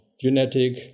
genetic